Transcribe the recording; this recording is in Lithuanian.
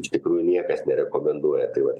iš tikrųjų niekas nerekomenduoja tai vat